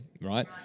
Right